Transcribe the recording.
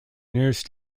nearest